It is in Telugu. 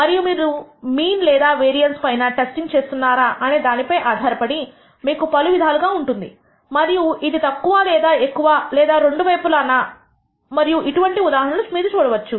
మరియు మీరు మీన్ లేదా వేరియన్స్ పైన టెస్టింగ్ చేస్తున్నారా అనేదానిపై ఆధారపడి మీకు పలు విధాలుగా ఉంటుంది మరియు ఇది తక్కువ లేదా ఎక్కువ లేదా రెండు వైపులానా మరియు ఇటువంటి ఉదాహరణలు మీరు చూడవచ్చు